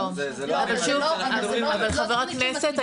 אבל זה לא --- אבל חבר הכנסת,